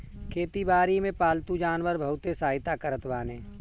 खेती बारी में पालतू जानवर बहुते सहायता करत बाने